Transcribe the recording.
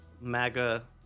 MAGA